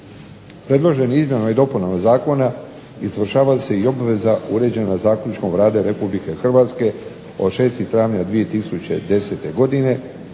Predloženim izmjenama i dopunama zakona izvršava se i obveza uređena zaključkom Vlade Republike Hrvatske od 6. travnja 2010. godine